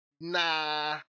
nah